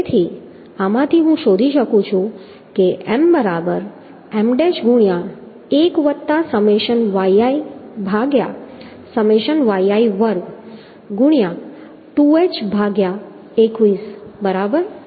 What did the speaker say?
તેથી આમાંથી હું શોધી શકું છું કે M બરાબર M ડેશ ગુણ્યાં એક વત્તા સમેશન yi ભાગ્યા સમેશન yi વર્ગ ગુણ્યાં 2h ભાગ્યા 21 બરાબર